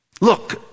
Look